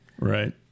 Right